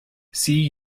see